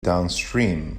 downstream